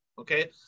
okay